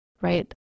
right